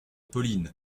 pauline